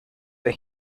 for